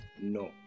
No